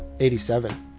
87